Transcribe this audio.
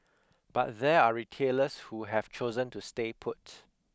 but there are retailers who have chosen to stay put